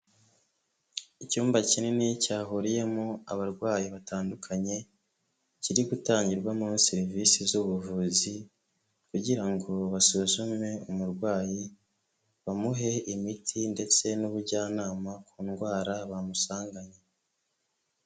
Icyumba kinini cyahuriyemo abarwayi batandukanye, kiri gutangirwamo serivise z'ubuvuzi kugira ngo basuzume umurwayi, bamuhe imiti ndetse n'ubujyanama ku ndwara bamusanganye.